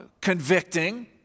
convicting